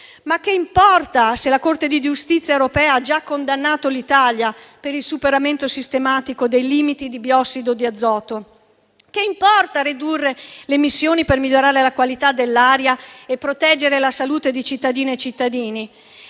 Che importa se la Corte di giustizia europea ha già condannato l'Italia per il superamento sistematico dei limiti di biossido di azoto? Che importa ridurre le emissioni per migliorare la qualità dell'aria e proteggere la salute di cittadine e cittadini?